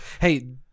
hey